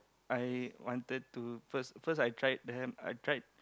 I wanted to first first I tried the ham I tried